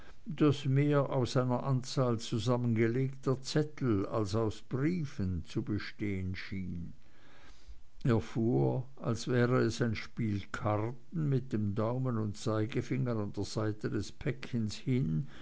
das mehr aus einer anzahl zusammengelegter zettel als auch briefen zu bestehen schien er fuhr als wäre es ein spiel karten mit dem daumen und zeigefinger an der seite des päckchens hin